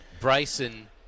Bryson